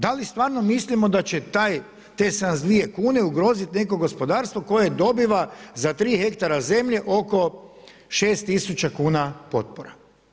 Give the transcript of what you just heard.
Da li stvarno mislimo da će te 72 kune ugrozit neko gospodarstvo koje dobiva za 3 hektara zemlje oko 6000 kuna potpora?